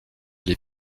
des